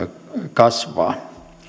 kasvaa